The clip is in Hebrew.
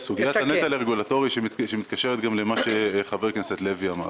סוגיית הנטל הרגולטורי שמתקשרת גם למה שחבר הכנסת לוי אמר,